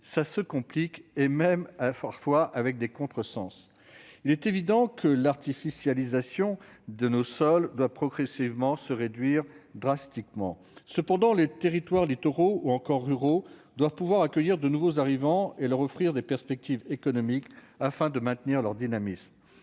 et entraînent même parfois des contresens. Il est évident que l'artificialisation de nos sols doit, à terme, se réduire drastiquement. Cependant, les territoires littoraux ou ruraux doivent pouvoir accueillir de nouveaux arrivants et leur offrir des perspectives économiques, si nous voulons maintenir leur dynamisme.